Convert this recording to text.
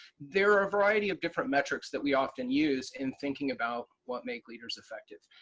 there are a variety of different metrics that we often use in thinking about what make leaders effective.